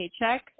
paycheck